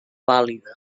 vàlida